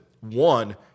one